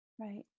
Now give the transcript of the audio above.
right